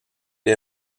est